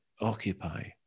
occupy